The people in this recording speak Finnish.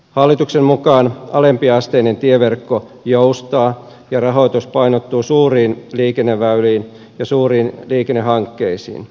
hallituksen mukaan alempiasteinen tieverkko joustaa ja rahoitus painottuu suuriin liikenneväyliin ja suuriin liikennehankkeisiin